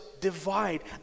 divide